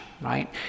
right